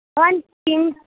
भवान् किम्